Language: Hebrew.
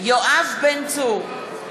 יואב בן צור,